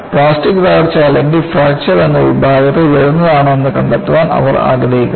plastic തകർച്ച അല്ലെങ്കിൽ fracture എന്ന വിഭാഗത്തിൽ വരുന്നതാണോ എന്ന് കണ്ടെത്താൻ അവർ ആഗ്രഹിക്കുന്നു